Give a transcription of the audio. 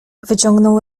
wyciągnął